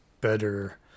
better